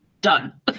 Done